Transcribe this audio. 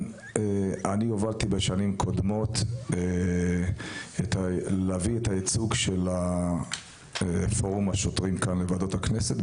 אני הובלתי בשנים קודמות את הייצוג של פורום השוטרים בוועדות הכנסת,